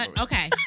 Okay